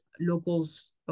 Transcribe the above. locals